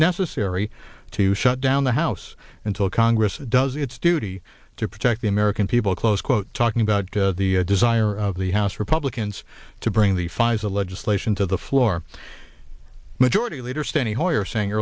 necessary to shut down the house until congress does its duty to protect the american people close quote talking about the desire of the house republicans to bring the pfizer legislation to the floor majority leader standing hoyer saying